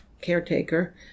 caretaker